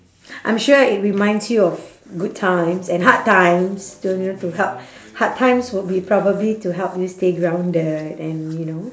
I'm sure it reminds you of good times and hard times to help hard times would be probably to help you to stay grounded and you know